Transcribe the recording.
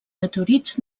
meteorits